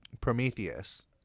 Prometheus